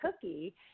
cookie